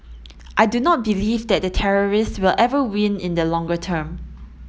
I do not believe that the terrorists will ever win in the longer term